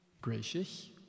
gracious